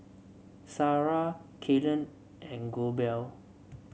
Sarrah Kaylen and Goebel